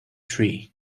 tree